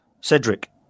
Cedric